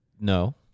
No